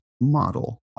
model